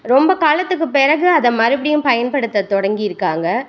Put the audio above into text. ரொம்ப காலத்துக்கு பிறகு அதை மறுபடியும் பயன்படுத்தத் தொடங்கியிருக்காங்க